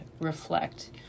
reflect